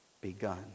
begun